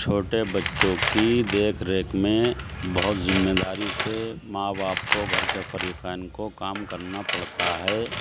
چھوٹے بچوں کی دیکھ ریکھ میں بہت ذمہ داری سے ماں باپ کو گھر کے فریقین کو کام کرنا پڑتا ہے